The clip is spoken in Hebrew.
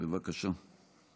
בבקשה.